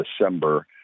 December